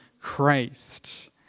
Christ